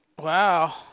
Wow